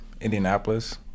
Indianapolis